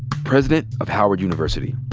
president of howard university.